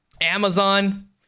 Amazon